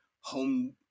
home